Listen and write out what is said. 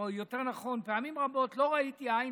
או יותר נכון פעמים רבות לא ראיתי עין